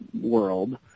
world